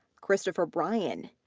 christopher bryan,